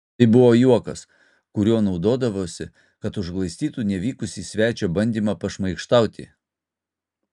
tai buvo juokas kuriuo naudodavosi kad užglaistytų nevykusį svečio bandymą pašmaikštauti